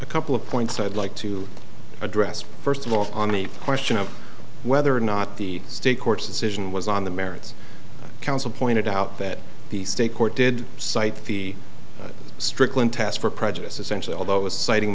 a couple of points i'd like to address first of all on any question of whether or not the state court's decision was on the merits counsel pointed out that the state court did cite the strickland task for prejudice essentially although it was citing